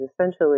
essentially